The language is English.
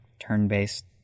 turn-based